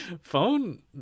Phone